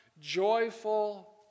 joyful